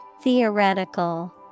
Theoretical